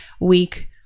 week